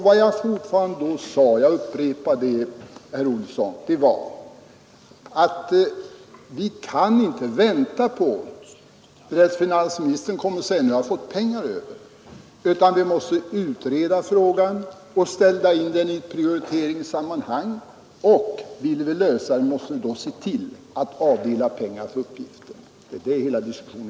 Vad jag då sade — jag upprepar det, herr Olsson — var att vi inte kan vänta på att finansministern en dag skall komma och säga att han har fått pengar över. Vi måste utreda frågan och sätta in den i prioriteringssammanhang. Vill vi lösa problemet, måste vi se till att pengar avdelas för uppgiften.